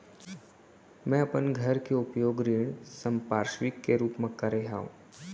मै अपन घर के उपयोग ऋण संपार्श्विक के रूप मा करे हव